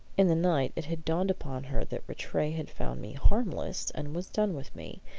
in the night it had dawned upon her that rattray had found me harmless and was done with me,